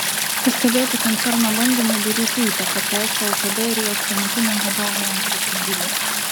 pastebėti koncerno bandymai daryti įtaką ts lkd ir jos tuometiniam vadovui andriui kubiliui